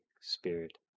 Spirit